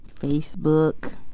Facebook